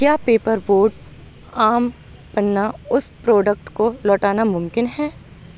کیا paper boat aam panna اس product کو لوٹانا ممکن ہے